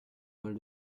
bal